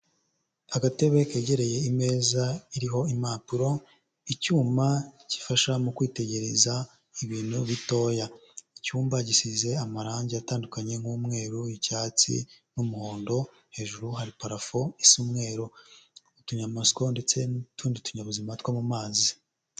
Agatebe kegereye imeza iriho impapuro, icyuma gifasha mu kwitegereza ibintu bitoya. Icyumba gisize amarangi atandukanye nk'umweru, icyatsi n'umuhondo, hejuru hari parafo isa umweru, utunyamasyo ndetse n'utundi tunyabuzima two mu mazi.